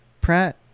Pratt